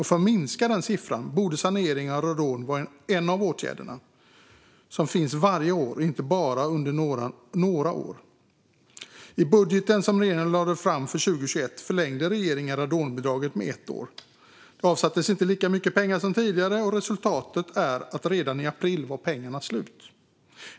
För att minska den siffran borde möjligheten till saneringar och råd vara ett par åtgärder som finns varje år och inte bara under några år. I budgeten som regeringen lade fram för 2021 förlängde regeringen radonbidraget med ett år. Det avsattes inte lika mycket pengar som tidigare, och resultatet blev att redan i april var pengarna slut.